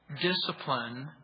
discipline